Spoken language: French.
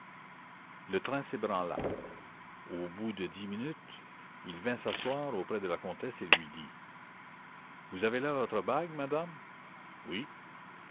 le train s'ébranla au bout de dix minutes il vint s'asseoir auprès de la comtesse et lui dit vous avez là votre bague madame oui